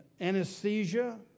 anesthesia